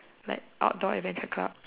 like outdoor adventure club